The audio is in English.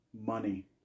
Money